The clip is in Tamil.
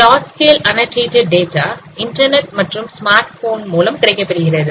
large scale annotated data internet மற்றும் ஸ்மார்ட் போன் மூலம் கிடைக்கப் பெறுகிறது